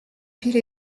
ville